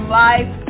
life